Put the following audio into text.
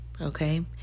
okay